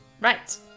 Right